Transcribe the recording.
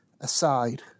aside